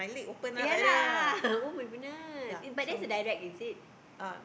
ya lah [oh]-my-goodness it my that's a direct is it